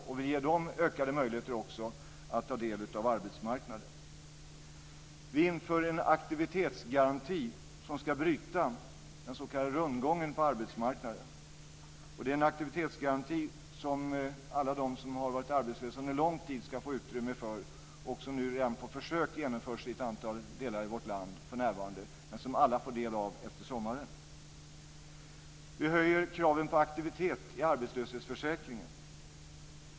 Vi ger också dem ökade möjligheter att ta del av arbetsmarknaden. Vi inför en aktivitetsgaranti som ska bryta den s.k. rundgången på arbetsmarknaden. Det är en aktivitetsgaranti som alla de som har varit arbetslösa under lång tid ska få del av. Den genomförs för närvarande redan på försök i ett antal delar av vårt land, men alla ska få del av den efter sommaren. Vi höjer kraven på aktivitet i arbetslöshetsförsäkringen.